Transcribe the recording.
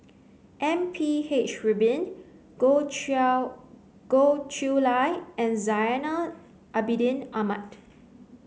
M P H Rubin Goh Goh Chiew Lye and Zainal Abidin Ahmad